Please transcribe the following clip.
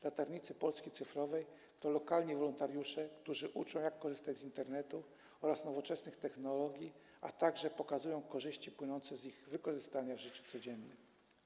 Latarnicy Polski cyfrowej to lokalni wolontariusze, którzy uczą, jak korzystać z Internetu oraz nowoczesnych technologii, a także pokazują korzyści płynące z ich wykorzystania w życiu codziennym.